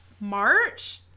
March